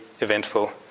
eventful